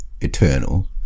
eternal